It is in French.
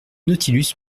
nautilus